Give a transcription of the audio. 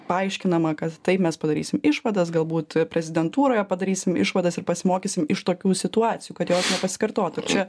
paaiškinama kad taip mes padarysim išvadas galbūt prezidentūroje padarysime išvadas ir pasimokysime iš tokių situacijų kad jos nepasikartotų čia